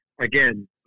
again